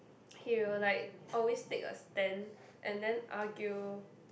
he will like always take a stand and then argue